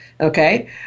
Okay